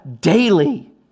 daily